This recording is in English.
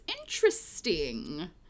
interesting